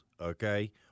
okay